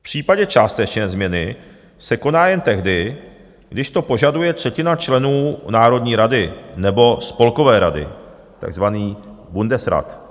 V případě částečně změny se koná jen tehdy, když to požaduje třetina členů Národní rady nebo Spolkové rady, takzvaný Bundesrat.